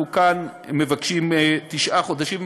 אנחנו כאן מבקשים תשעה חודשים,